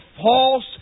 false